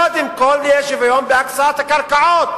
קודם כול שיהיה שוויון בהקצאת הקרקעות,